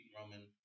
Roman